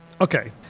Okay